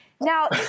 Now